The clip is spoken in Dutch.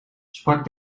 sprak